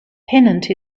pennant